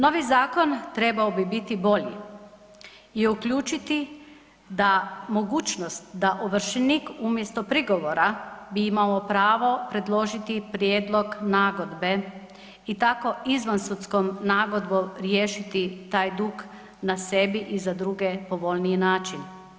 Novi Zakon trebao bi biti bolji i uključiti da, mogućnost da ovršenik umjesto prigovora bi imao pravo predložiti prijedlog nagodbe i tako izvan sudskom nagodbom riješiti taj dug na sebi, i za druge povoljniji način.